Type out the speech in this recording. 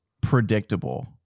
predictable